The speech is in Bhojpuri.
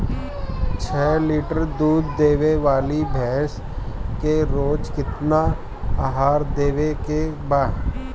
छह लीटर दूध देवे वाली भैंस के रोज केतना आहार देवे के बा?